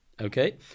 Okay